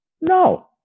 No